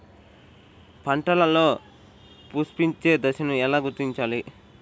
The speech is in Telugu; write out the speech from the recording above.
పంటలలో పుష్పించే దశను ఎలా గుర్తించాలి?